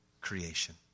creation